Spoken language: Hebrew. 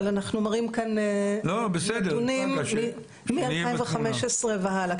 אבל אנחנו מראים כאן נתונים מ-2015 והלאה,